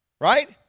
Right